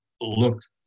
looked